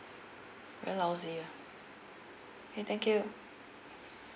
very lousy ah okay thank you